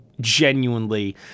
genuinely